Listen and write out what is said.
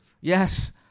Yes